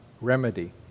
remedy